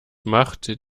macht